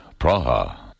Praha